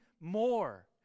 more